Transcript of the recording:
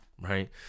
Right